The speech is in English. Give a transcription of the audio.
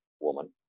woman